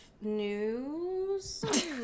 news